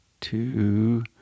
two